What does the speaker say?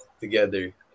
together